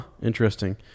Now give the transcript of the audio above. Interesting